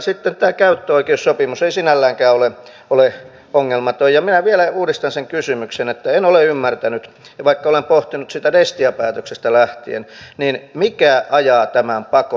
sitten tämä käyttöoikeussopimus ei sinälläänkään ole ongelmaton ja minä vielä uudistan sen kysymyksen kun en ole ymmärtänyt vaikka olen pohtinut sitä destia päätöksestä lähtien että mikä ajaa tämän pakon